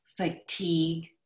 fatigue